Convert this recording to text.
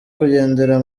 kugendera